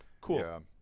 cool